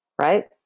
right